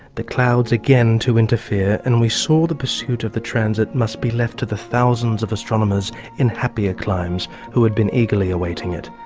the clouds again to interfere, and we saw the pursuit of the transit must be left to the thousands of astronomers in happier climes who had been eagerly awaiting it.